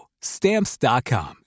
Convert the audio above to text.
Stamps.com